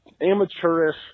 amateurish